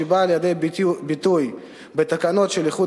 שבאה לידי ביטוי בתקנות של האיחוד